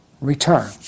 return